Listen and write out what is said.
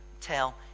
tell